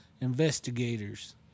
investigators